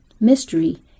mystery